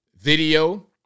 video